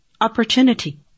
opportunity